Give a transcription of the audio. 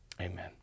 Amen